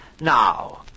Now